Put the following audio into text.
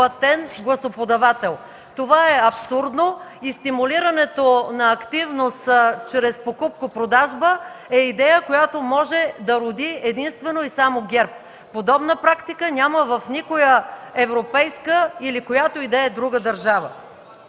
Това е абсурдно! Стимулирането на активност чрез покупко-продажба е идея, която може да роди единствено и само ГЕРБ. Подобна практика няма в никоя европейска или която и да е друга държава.